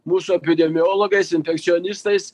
mūsų epidemiologais infekcionistais